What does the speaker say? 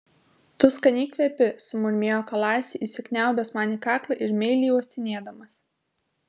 tu skaniai kvepi sumurmėjo kalasi įsikniaubęs man į kaklą ir meiliai uostinėdamas